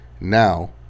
Now